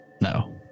No